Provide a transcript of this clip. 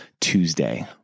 Tuesday